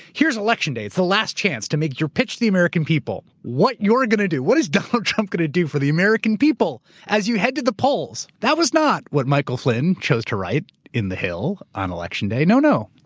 here's the election day. it's the last chance to make your pitch to the american people. what you're going to do. what is donald trump going to do for the american people as you head to the polls? that was not what michael flynn chose to write in the hill on election day. no, no.